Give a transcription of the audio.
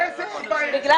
בגלל